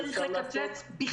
אבל למה צריך לקצץ בכלל?